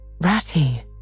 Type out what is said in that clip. Ratty